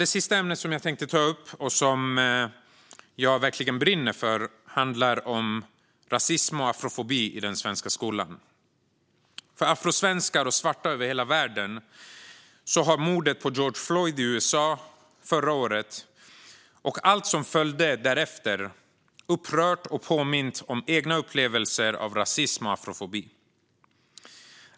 Det sista ämne som jag tänkte ta upp, och som jag verkligen brinner för, handlar om rasism och afrofobi i den svenska skolan. För afrosvenskar och svarta över hela världen har mordet på George Floyd i USA förra året och allt som följde därefter upprört och påmint om egna upplevelser av rasism och afrofobi.